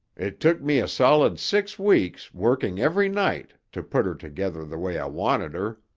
it took me a solid six weeks, working every night, to put her together the way i wanted her.